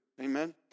Amen